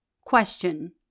Question